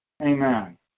Amen